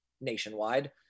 nationwide